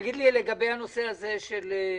השרים לענייני חקיקה שאישרה לאחר מכן את ההנחה.